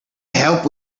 help